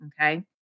Okay